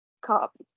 cop